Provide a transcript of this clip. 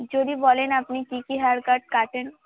যদি বলেন আপনি কী কী হেয়ার কাট কাটেন